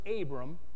Abram